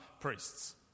priests